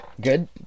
Good